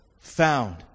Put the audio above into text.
found